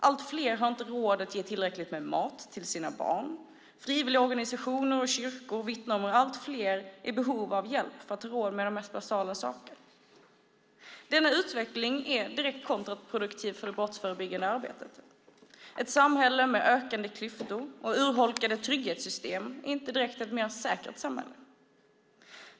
Allt fler har inte råd att ge tillräckligt med mat till sina barn. Frivilligorganisationer och kyrkor vittnar om hur allt fler är i behov av hjälp för att ha råd med de mest basala saker. Denna utveckling är direkt kontraproduktiv för det brottsförebyggande arbetet. Ett samhälle med ökande klyftor och urholkade trygghetssystem är inte direkt ett mer säkert samhälle.